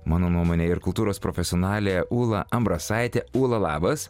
mano nuomone ir kultūros profesionalė ūla ambrasaitė ula labas